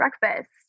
breakfast